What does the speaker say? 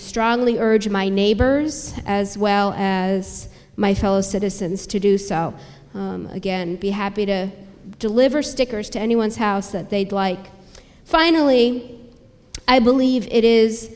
strongly urge my neighbors as well as my fellow citizens to do so again and be happy to deliver stickers to anyone's house that they'd like finally i believe it is